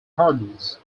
hurdles